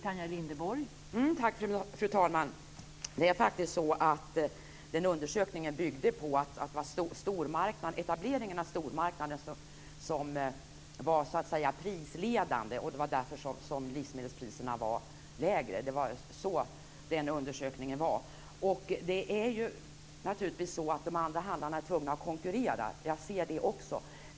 Fru talman! Den undersökningen byggde på att etableringen av stormarknader innebar att de blev prisledande för lägre livsmedelspriser. Det var detta undersökningen gick ut på. De andra handlarna är tvungna att konkurrera. Jag ser det också.